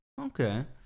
Okay